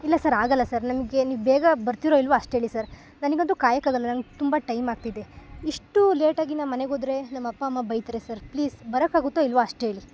ಇಲ್ಲ ಸರ್ ಆಗೋಲ್ಲ ಸರ್ ನಮಗೆ ನೀವು ಬೇಗ ಬರ್ತಿರೋ ಇಲ್ಲವೋ ಅಷ್ಟು ಹೇಳಿ ಸರ್ ನನಗಂತೂ ಕಾಯೋಕ್ಕಾಗಲ್ಲ ನಂಗೆ ತುಂಬ ಟೈಮ್ ಆಗ್ತಿದೆ ಇಷ್ಟು ಲೇಟಾಗಿ ನಮ್ಮ ಮನೆಗೆ ಹೋದ್ರೆ ನಮ್ಮ ಅಪ್ಪ ಅಮ್ಮ ಬೈತಾರೆ ಸರ್ ಪ್ಲೀಸ್ ಬರೋಕ್ಕಾಗುತ್ತೋ ಇಲ್ಲವೋ ಅಷ್ಟು ಹೇಳಿ